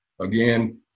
again